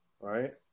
Right